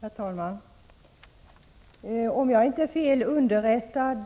Herr talman! Om jag inte är fel underrättad